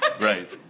Right